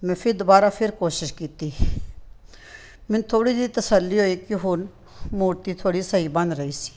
ਮੈਂ ਫਿਰ ਦੁਬਾਰਾ ਫਿਰ ਕੋਸ਼ਿਸ਼ ਕੀਤੀ ਮੈਨੂੰ ਥੋੜ੍ਹੀ ਜਿਹੀ ਤਸੱਲੀ ਹੋਈ ਕਿ ਹੁਣ ਮੂਰਤੀ ਥੋੜ੍ਹੀ ਸਹੀ ਬਣ ਰਹੀ ਸੀ